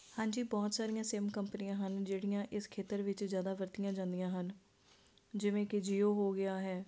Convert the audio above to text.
ਹਾਂਜੀ ਬਹੁਤ ਸਾਰੀਆਂ ਸਿੰਮ ਕੰਪਨੀਆਂ ਹਨ ਜਿਹੜੀਆਂ ਇਸ ਖੇਤਰ ਵਿੱਚ ਜ਼ਿਆਦਾ ਵਰਤੀਆਂ ਜਾਂਦੀਆਂ ਹਨ ਜਿਵੇਂ ਕਿ ਜੀਓ ਹੋ ਗਿਆ ਹੈ